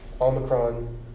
Omicron